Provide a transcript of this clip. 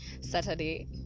Saturday